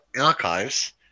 archives